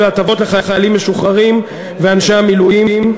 מגדירה כמה הטבות שיינתנו לחיילים משוחררים ולאנשי מילואים,